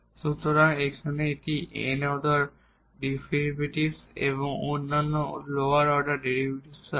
সুতরাং এখানে আমাদের এই n তম অর্ডার ডেরিভেটিভস এবং অন্যান্য লোয়ার অর্ডার ডেরিভেটিভসও আছে